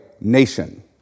nation